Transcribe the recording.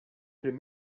prim